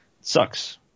sucks